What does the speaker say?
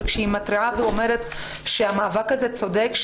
וכשהיא מתריעה ואומרת שהמאבק הזה צודק,